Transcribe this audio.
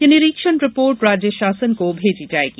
ये निरीक्षण रिपोर्ट राज्य षासन को भेजी जाएगी